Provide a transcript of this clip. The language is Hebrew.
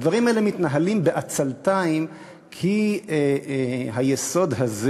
הדברים האלה מתנהלים בעצלתיים כי היסוד הזה,